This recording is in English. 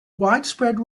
widespread